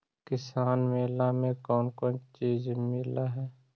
किसान मेला मे कोन कोन चिज मिलै है?